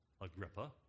Agrippa